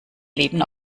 leben